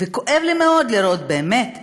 וכואב לי מאוד לראות, באמת,